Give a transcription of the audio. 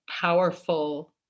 powerful